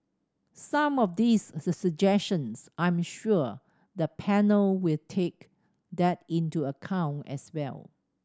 some of these suggestions I'm sure the panel will take that into account as well